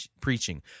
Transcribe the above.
preaching